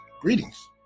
greetings